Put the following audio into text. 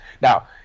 Now